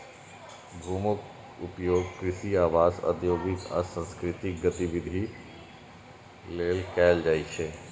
भूमिक उपयोग कृषि, आवास, औद्योगिक आ सांस्कृतिक गतिविधि लेल कैल जाइ छै